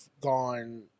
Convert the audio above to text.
gone